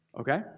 Okay